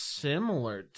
similar